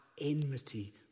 enmity